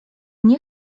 nie